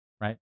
right